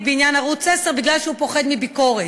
בעניין ערוץ 10 מפני שהוא פוחד מביקורת.